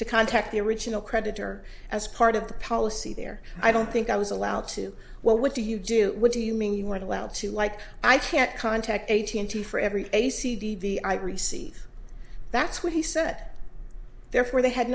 to contact the original creditor as part of the policy there i don't think i was allowed to well what do you do what do you mean you weren't allowed to like i can't contact eighty for every a c d the i receive that's what he said therefore they had